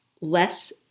less